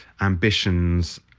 ambitions